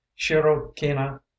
shirokina